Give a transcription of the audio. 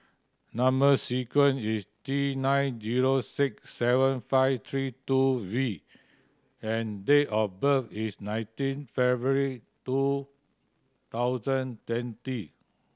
number sequence is T nine zero six seven five three two V and date of birth is nineteen February two thousand twenty